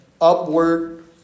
upward